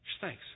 Thanks